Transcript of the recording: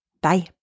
Bye